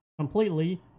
completely